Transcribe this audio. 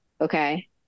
okay